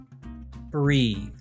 breathe